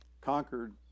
conquered